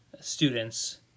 students